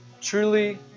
Truly